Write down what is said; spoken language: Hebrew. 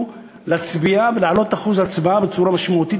להצביע ולהעלות את אחוז ההצבעה בצורה משמעותית,